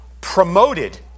promoted